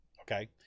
Okay